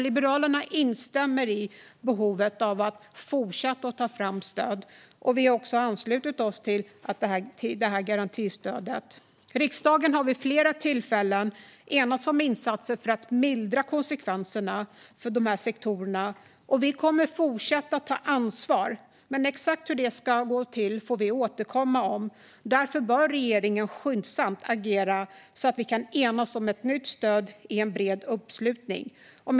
Liberalerna instämmer i att det finns behov av att fortsätta ta fram stöd. Vi har också anslutit oss till att stödja det här garantistödet. Riksdagen har vid flera tillfällen enats om insatser för att mildra konsekvenserna för de sektorerna. Vi kommer att fortsätta ta ansvar, men exakt hur det ska ske får vi återkomma till. Därför bör regeringen agera skyndsamt, så att vi med bred uppslutning kan enas om ett nytt stöd.